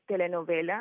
telenovela